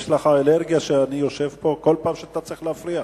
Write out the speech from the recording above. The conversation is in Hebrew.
יש לך אלרגיה כשאני יושב פה כל פעם שאתה צריך להפריע?